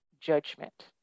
judgment